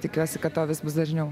tikiuosi kad to vis dažniau